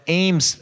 aims